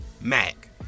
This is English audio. mac